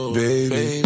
baby